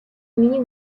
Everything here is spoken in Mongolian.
миний